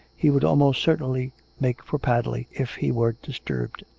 he would almost certainly make for padley if he were disturbed.